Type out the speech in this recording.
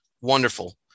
wonderful